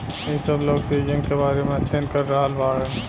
इ सब लोग सीजन के बारे में अध्ययन कर रहल बाड़न